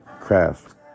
craft